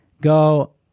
go